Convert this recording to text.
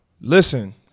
listen